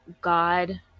God